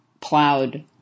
plowed